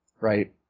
Right